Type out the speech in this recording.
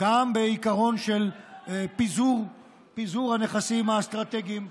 גם בעיקרון של פיזור הנכסים האסטרטגיים,